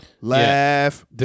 laugh